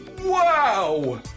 wow